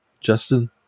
Justin